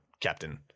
captain